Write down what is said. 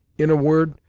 in a word,